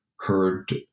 heard